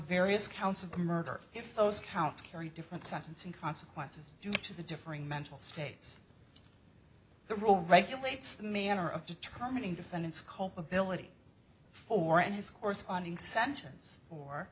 various counts of murder if those counts carry different sentencing consequences due to the differing mental states the rule regulates the manner of determining defendant's culpability for and his corresponding sentence for